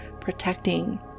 protecting